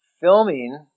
filming